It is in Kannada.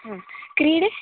ಹಾಂ ಕ್ರೀಡೆ